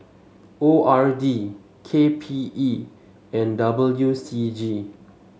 O R D K P E and W C G